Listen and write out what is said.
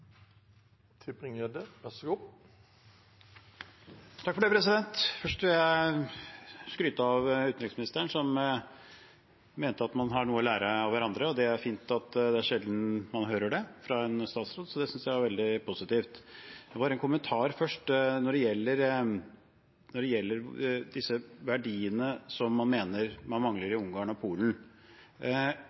Først vil jeg skryte av utenriksministeren, som mente at man har noe å lære av hverandre. Det er fint, det er sjelden man hører det fra en statsråd, så det synes jeg er veldig positivt. Først en kommentar om disse verdiene man mener at man mangler i Ungarn og Polen: